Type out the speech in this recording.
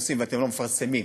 עושים ואתם לא מפרסמים.